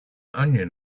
onion